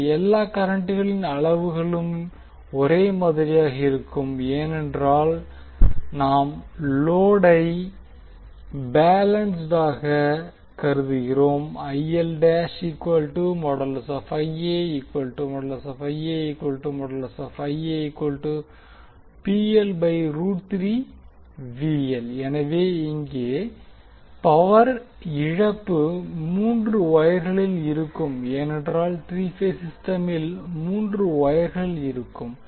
இங்கே எல்லா கரண்ட்களின் அளவுகளும் ஒரே மாதிரியாக இருக்கும் ஏனென்றால் நாம் லோடை பேலன்ஸ்ட் ஆக இருப்பதாக கருதுகிறோம் எனவே இங்கே பவர் இழப்பு மூன்று வொயர்களில் இருக்கும் ஏனென்றால் த்ரீ பேஸ் சிஸ்டமில் மூன்று வொயர்கள் இருக்கும்